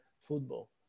football